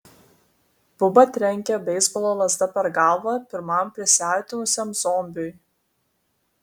buba trenkė beisbolo lazda per galvą pirmam prisiartinusiam zombiui